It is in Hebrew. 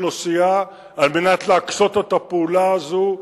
אוכלוסייה על מנת להקשות עליו את הפעולה הזאת.